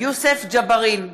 יוסף ג'בארין,